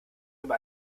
über